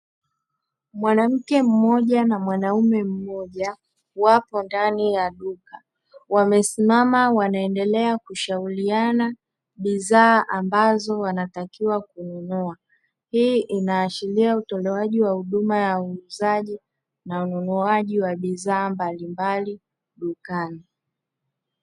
Mwanamke mmoja na mwanaume mmoja wapo ndani ya duka, wamesimama wanaendelea kushauriana bidhaa ambazo wanatakiwa kununua. Hii inaashiria utolewaji wa huduma ya uuzaji na ununuaji wa bidhaa mbalimbali dukani.